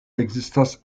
ekzistas